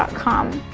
com.